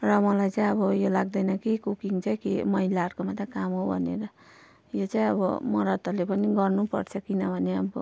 र मलाई चाहिँ अब यो लाग्दैन कि कुकिङ चाहिँ के महिलाहरूको मात्रै काम हो भनेर यो चाहिँ अब मरदहरूले पनि गर्नु पर्छ किनभने अब